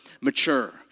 mature